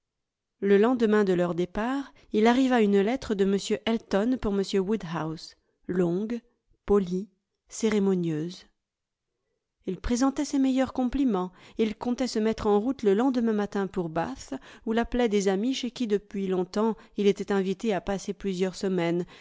le lendemain de leur départ il arriva une lettre de m elton pour m woodhouse longue polie cérémonieuse il présentait ses meilleurs compliments il comptait se mettre en route le lendemain matin pour bath où l'appelaient des amis chez qui depuis longtemps il était invité à passer plusieurs semaines